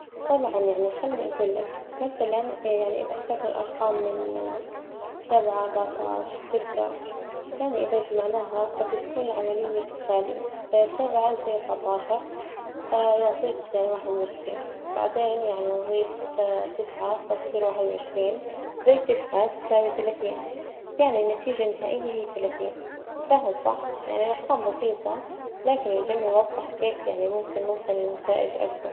طبعا يعني خلني أجول لك مثلا يعني إذا إخترنا الأرقام من سبعة، أربعطعش، تسع يعني إذا جمعناها فبتكون العملية كالتالي سبعة زي أربعطعشر يعطيك يعني واحد وعشرين، بعدين يعني نظيف تسعة فتصير واحد وعشرين زي تسعة تساوي ثلاثين، يعني النتيجة النهائية هي ثلاثين وسهل صح? يعني أرقام بسيطة لكن الجمع يوظح كيف يعني ممكن نوصل لنتائج أكبر?